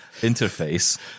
interface